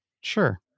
Sure